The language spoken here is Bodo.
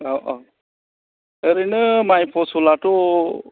औ औ ओरैनो माइ फसलाथ'